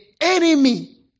enemy